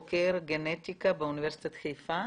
חוקר גנטיקה באוניברסיטת חיפה.